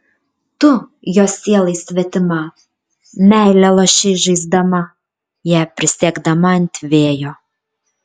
tu jo sielai svetima meilę lošei žaisdama ją prisiekdama ant vėjo